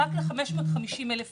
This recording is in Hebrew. רק ל-550,000 איש.